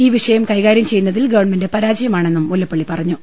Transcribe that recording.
ഈ വിഷയം കൈകാര്യം ചെയ്യുന്നതിൽ ഗവൺമെന്റ് പരാ ജയമാണെന്നും മുല്ലപ്പള്ളി പറഞ്ഞു